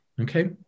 Okay